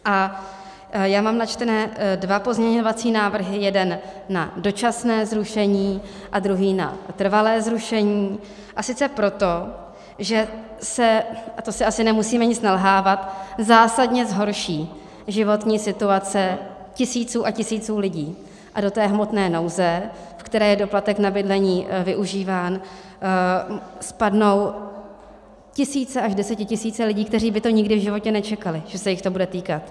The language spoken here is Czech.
A já mám načtené dva pozměňovací návrhy, jeden na dočasné zrušení a druhý na trvalé zrušení, a sice proto, že se, asi si nemusíme nic nalhávat, zásadně zhorší životní situace tisíců a tisíců lidí a do té hmotné nouze, ve které je doplatek na bydlení využíván, spadnou tisíce až desetitisíce lidí, kteří by to nikdy v životě nečekali, že se jich to bude týkat.